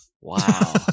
Wow